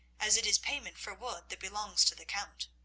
as it is payment for wood that belongs to the count.